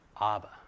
Abba